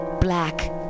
black